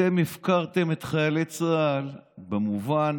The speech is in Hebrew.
אתם הפקרתם את חיילי צה"ל במובן